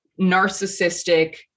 narcissistic